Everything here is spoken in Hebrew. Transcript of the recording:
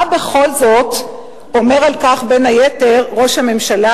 מה בכל זאת אומר על כך בין היתר ראש הממשלה?